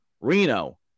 Reno